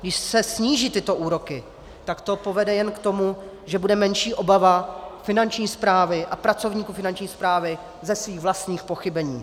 Když se sníží tyto úroky, tak to povede jen k tomu, že bude menší obava Finanční správy a pracovníků Finanční správy ze svých vlastních pochybení.